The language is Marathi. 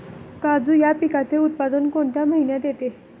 काजू या पिकाचे उत्पादन कोणत्या महिन्यात येते?